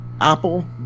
apple